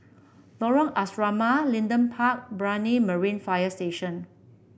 Lorong Asrama Leedon Park Brani Marine Fire Station